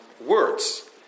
words